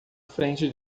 frente